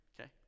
okay